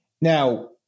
Now